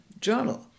journal